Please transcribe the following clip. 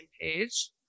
page